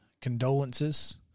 condolences